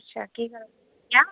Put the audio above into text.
अच्छा केह् गल्ल हियां